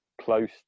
close